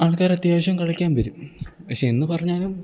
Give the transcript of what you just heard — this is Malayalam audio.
ആൾക്കാർ അത്യാവശ്യം കളിക്കാൻ വരും പക്ഷേ എന്ന് പറഞ്ഞാലും